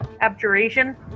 Abjuration